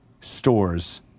stores